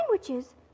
sandwiches